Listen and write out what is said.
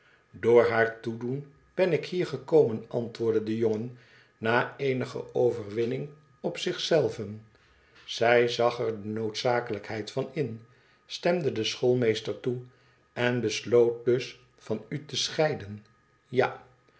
door haar toedoen ben ik hier gekomen antwoordde de jongen na eenige overwinning op zich zei ven zij zag er de noodzakelijkheid van in stemde de schoolmeester toe len besloot dus van u te scheiden ja